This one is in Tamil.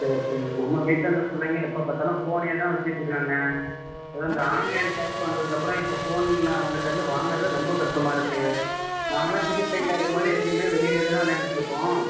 சரி சரி நம்ம வீட்டில் அந்த பிள்ளைங்க எப்போ பாத்தாலும் ஃபோனையே தான் வச்சுட்டுருக்குறாங்க அதும் இந்த ஆன்லைன் க்ளாஸ் வந்ததுக்கப்புறம் இப்போ ஃபோன் அவங்ககிட்டருந்து வாங்குறது ரொம்ப கஷ்டமாக இருக்கு நாமலாம் சின்ன பிள்ளைங்களா இருக்கும்போது எப்பையுமே வெளியிலையே தானே விளையாண்டுட்டுருப்போம்